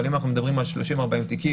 אבל אם אנחנו מדברים על 30 40 תיקים,